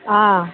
ஆ